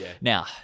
Now